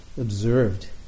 observed